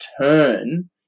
turn